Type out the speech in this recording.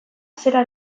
zera